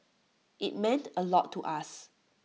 IT meant A lot to us